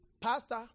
Pastor